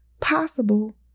possible